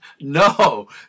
No